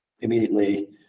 immediately